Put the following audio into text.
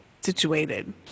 situated